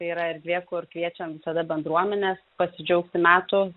tai yra erdvė kur kviečiam visada bendruomenes pasidžiaugti metų